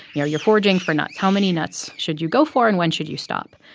you know you're foraging for nuts. how many nuts should you go for? and when should you stop?